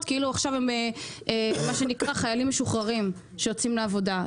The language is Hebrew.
כאילו הם עכשיו מה שנקרא חיילים משוחררים שיוצאים לעבודה.